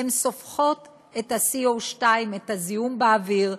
הן סופחות את ה-co2, את הזיהום באוויר.